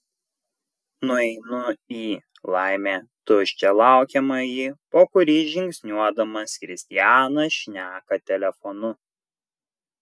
nueinu į laimė tuščią laukiamąjį po kurį žingsniuodamas kristianas šneka telefonu